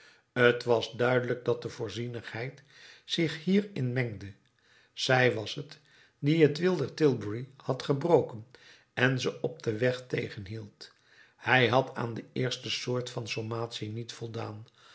t was duidelijk dat de voorzienigheid zich hierin mengde zij was het die het wiel der tilbury had gebroken en ze op den weg tegenhield hij had aan de eerste soort van sommatie niet voldaan